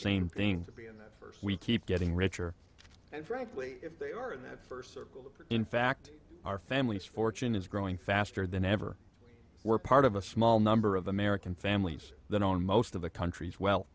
same thing b and that we keep getting richer and frankly if they are that first circle in fact our families fortune is growing faster than ever we're part of a small number of american families that on most of the countries well